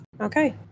Okay